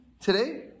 today